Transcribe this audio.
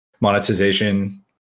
monetization